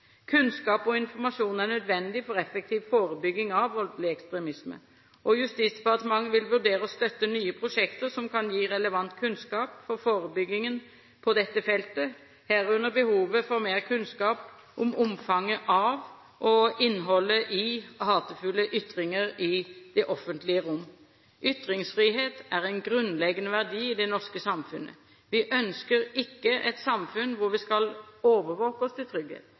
Kunnskap og informasjon er nødvendig for effektiv forebygging av voldelig ekstremisme. Justisdepartementet vil vurdere å støtte nye prosjekter som kan gi relevant kunnskap for forebyggingen på dette feltet, herunder behovet for mer kunnskap om omfanget av og innholdet i hatefulle ytringer i det offentlige rom. Ytringsfrihet er en grunnleggende verdi i det norske samfunnet. Vi ønsker ikke et samfunn hvor vi skal overvåke oss til trygghet.